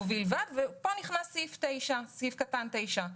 פה נכנסת פסקה (9),